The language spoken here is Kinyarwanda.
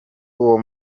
uwo